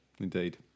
Indeed